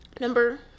Number